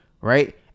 right